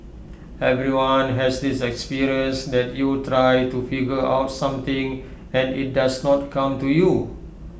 everyone has this experience that you try to figure out something and IT does not come to you